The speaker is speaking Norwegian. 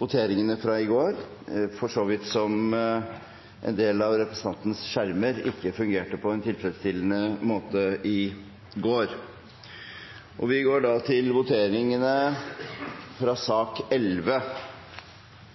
voteringene fra i går, ettersom en del av representantenes skjermer ikke fungerte på en tilfredsstillende måte i går. For votering i sakene nr. 11–16 se til